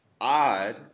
odd